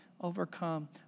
overcome